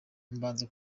mbanza